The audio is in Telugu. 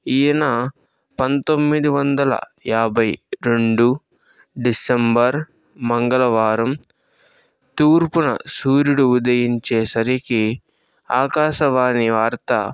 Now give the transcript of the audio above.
ఈయన పంతొమ్మిది వందల యాభై రెండు డిసెంబర్ మంగళవారం తూర్పున సూర్యుడు ఉదయించేసరికి ఆకాశవాణి వార్త